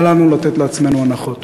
אל לנו לתת לעצמנו הנחות.